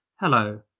Hello